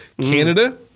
Canada